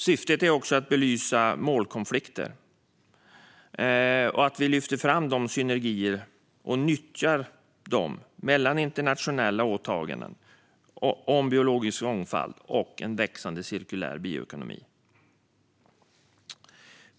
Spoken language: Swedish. Syftet är också att belysa målkonflikter och att lyfta fram och nyttja synergier mellan internationella åtaganden om biologisk mångfald och en växande cirkulär bioekonomi.